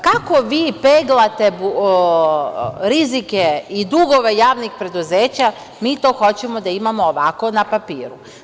Kako vi peglate rizike i dugove javnih preduzeća, mi to hoćemo da imamo ovako na papiru.